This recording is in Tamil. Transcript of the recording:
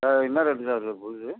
சார் என்ன ரேட்டு சார் புதுசு